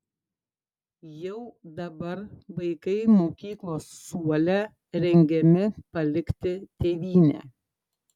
jau dabar vaikai mokyklos suole rengiami palikti tėvynę